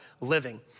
living